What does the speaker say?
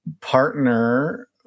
partner